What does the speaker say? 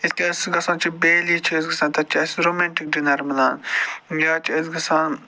یِتھٕ کٔنۍ أسۍ گژھان چھِ بیٚلی چھِ أسۍ گژھان تَتہِ چھِ اَسہِ رومٮ۪نٹِک ڈِنَر میلان یا چھِ أسۍ گژھان